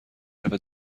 حرف